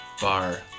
bar